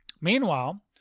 Meanwhile